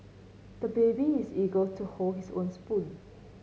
the baby is eager to hold his own spoon